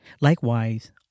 Likewise